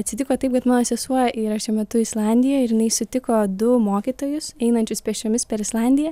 atsitiko taip kad mano sesuo yra šiuo metu islandijoj ir jinai sutiko du mokytojus einančius pėsčiomis per islandiją